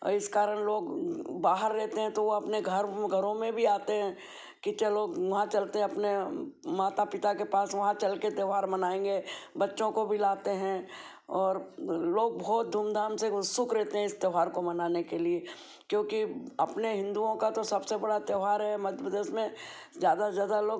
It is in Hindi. और इस कारण लोग बाहर रहते हैं तो वो अपने घर घरों में भी आते हैं कि चलो वहाँ चलते हैं अपने माता पिता के पास वहाँ चल के त्योहार मनाएंगे बच्चों को भी लाते हैं और लोग बहुत धूमधाम उत्सुक रहते हैं इस त्योहार को मनाने के लिए क्योंकि अपने हिन्दुओं का तो सबसे बड़ा त्योहार है मध्य प्रदेश में ज़्यादा से ज़्यादा लोग